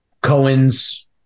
Cohen's